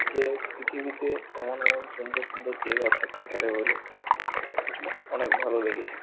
যে পৃথিবীতে এমন এমন সুন্দর সুন্দর জায়গা থাকতে পারে বলে অনেক ভালো লেগেছে